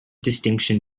distinction